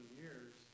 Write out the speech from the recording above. years